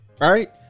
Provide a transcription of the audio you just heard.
right